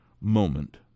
moment